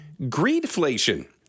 greedflation